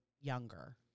younger